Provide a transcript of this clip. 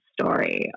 story